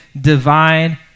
divine